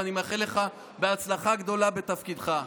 ואני מאחל לך הצלחה גדולה בתפקידך.